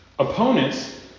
Opponents